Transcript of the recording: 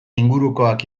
ingurukoak